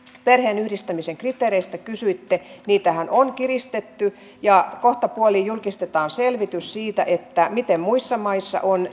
perheenyhdistämisen kriteereistä kysyitte niitähän on kiristetty ja kohtapuoliin julkistetaan selvitys siitä miten muissa maissa on